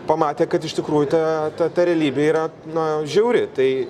pamatė kad iš tikrųjų ta ta ta realybė yra na žiauri tai